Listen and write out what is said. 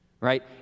right